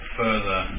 further